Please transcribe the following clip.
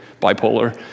bipolar